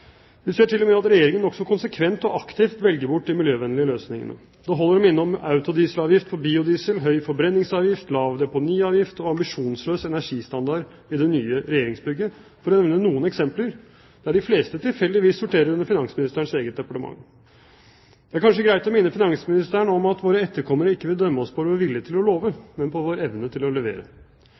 Vi ser til og med at Regjeringen nokså konsekvent og aktivt velger bort de miljøvennlige løsningene. Det holder å minne om autodieselavgift for biodiesel, høy forbrenningsavgift, lav deponiavgift og ambisjonsløs energistandard i det nye regjeringsbygget, for å nevne noen eksempler, der de fleste tilfeldigvis sorterer under finansministerens eget departement. Det er kanskje greit å minne finansministeren om at våre etterkommere ikke vil dømme oss på vår vilje til å love, men på vår evne til å levere.